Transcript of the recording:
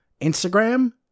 Instagram